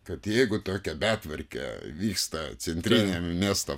kad jeigu tokia betvarkė vyksta centriniam miesto